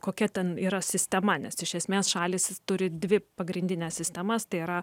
kokia ten yra sistema nes iš esmės šalys turi dvi pagrindines sistemas tai yra